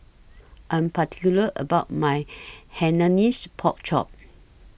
I'm particular about My Hainanese Pork Chop